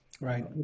right